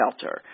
shelter